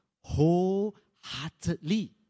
wholeheartedly